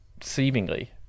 seemingly